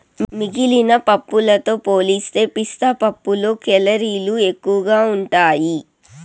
మిగిలిన పప్పులతో పోలిస్తే పిస్తా పప్పులో కేలరీలు ఎక్కువగా ఉంటాయి